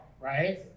Right